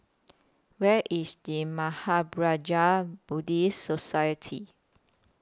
Where IS The Mahaprajna Buddhist Society